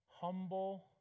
humble